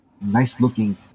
nice-looking